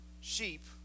sheep